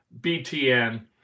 BTN